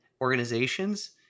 organizations